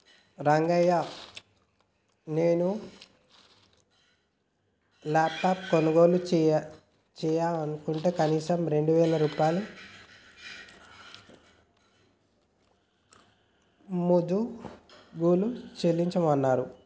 రంగయ్య నాను లాప్టాప్ కొనుగోలు చెయ్యనంటే కనీసం రెండు వేల రూపాయలు ముదుగలు చెల్లించమన్నరు